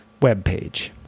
webpage